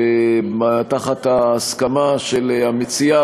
בהסכמה של המציע,